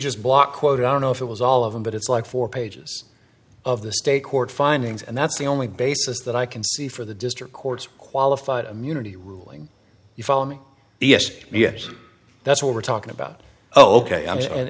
just blockquote i don't know if it was all of them but it's like four pages of the state court findings and that's the only basis that i can see for the district court's qualified immunity ruling you follow me yes yes that's what we're talking about o